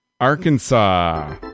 Arkansas